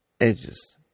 edges